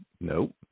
Nope